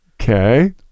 Okay